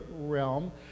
realm